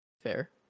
fair